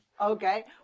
okay